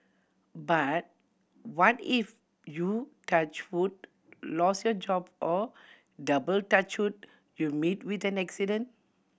but what if you touch wood lose your job or double touch wood you meet with an accident